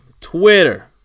Twitter